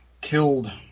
killed